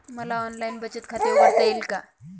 मला ऑनलाइन बचत खाते उघडता येईल का?